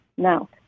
No